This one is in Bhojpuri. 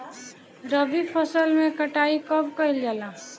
रबी फसल मे कटाई कब कइल जाला?